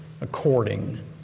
according